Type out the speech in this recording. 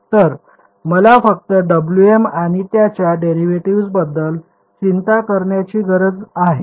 तर मला फक्त Wm आणि त्याच्या डेरिव्हेटिव्ह्जबद्दल चिंता करण्याची गरज आहे